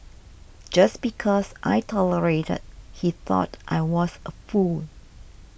just because I tolerated he thought I was a fool